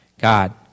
God